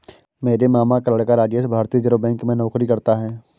मेरे मामा का लड़का राजेश भारतीय रिजर्व बैंक में नौकरी करता है